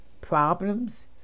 problems